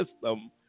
system